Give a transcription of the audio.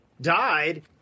died